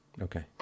okay